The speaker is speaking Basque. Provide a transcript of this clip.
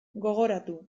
gogoratu